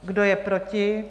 Kdo je proti?